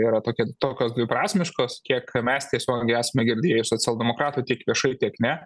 yra tokia tokios dviprasmiškos kiek mes tiesiogiai esam girdėję iš socialdemokratų tik viešai tiek ne